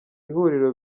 ihuriro